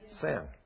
Sin